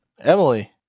Emily